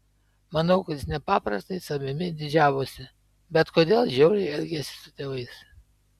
manau kad jis nepaprastai savimi didžiavosi bet kodėl žiauriai elgėsi su tėvais